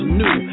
new